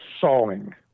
Sawing